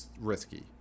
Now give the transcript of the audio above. risky